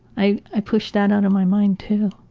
i i pushed that out of my mind too.